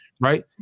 right